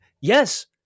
Yes